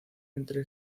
entre